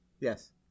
Yes